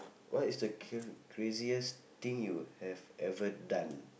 what is the cr~ craziest thing you have ever done